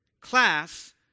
class